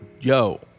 Yo